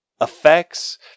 Effects